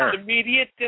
Immediate